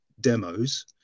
demos